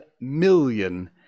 million